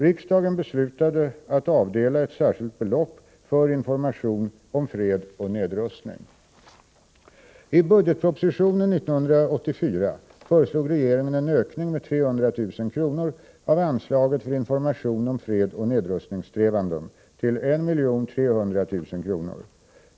Riksdagen beslutade att avdela ett särskilt belopp för information om fred och nedrustning. I budgetpropositionen 1984 föreslog regeringen en ökning med 300 000 kr. av anslaget för information om fredsoch nedrustningssträvanden till 1 300 000 kr.